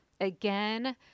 again